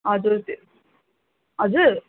हजुर हजुर